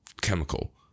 chemical